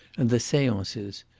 and the seances.